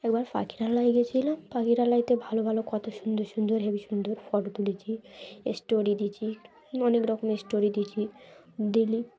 একবার পাখিরালায় গিয়েছিলাম পাখিরালাইতে ভালো ভালো কত সুন্দর সুন্দর হেভি সুন্দর ফটো তুলেছি স্টোরি দিয়েছি অনেক রকমের স্টোরি দিয়েছি দিয়েছি